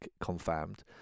confirmed